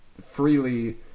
Freely